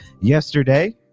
yesterday